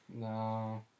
No